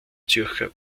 zürcher